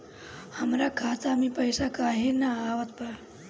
हमरा खाता में पइसा काहे ना आवत बा?